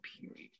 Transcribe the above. period